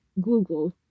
Google